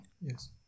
Yes